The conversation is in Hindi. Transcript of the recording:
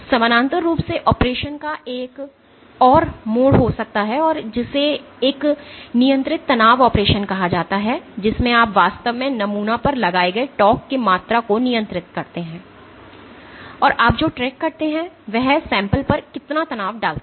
समानांतर रूप से ऑपरेशन का एक और मोड हो सकता है जिसे एक नियंत्रित तनाव ऑपरेशन कहा जाता है जिसमें आप वास्तव में नमूना पर लगाए गए टॉर्क की मात्रा को नियंत्रित करते हैं और आप जो ट्रैक करते हैं वह नमूना पर कितना तनाव डालता है